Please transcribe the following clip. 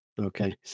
okay